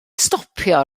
stopio